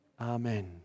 Amen